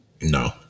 No